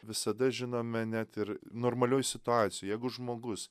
visada žinome net ir normalioj situacijoj jeigu žmogus